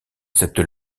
cette